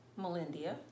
Melindia